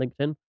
LinkedIn